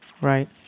right